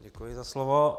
Děkuji za slovo.